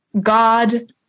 God